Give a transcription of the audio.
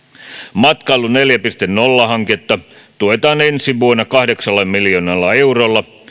matkailu neljä piste nolla hanketta tuetaan ensi vuonna kahdeksalla miljoonalla eurolla